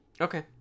Okay